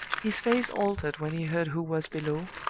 his face altered when he heard who was below,